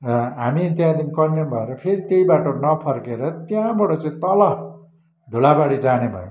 हामी त्यहाँदेखि कन्याम भएर फेरि त्यही बाटो नफर्केर त्यहाँबाट चाहिँ तल धुलाबारी जाने भयौँ